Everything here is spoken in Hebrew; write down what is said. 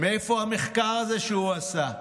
מאיפה המחקר הזה שהוא עשה.